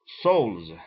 souls